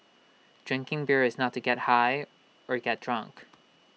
drinking beer is not to get high or get drunk